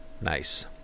Nice